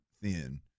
thin